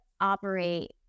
operate